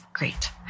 Great